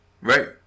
Right